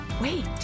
wait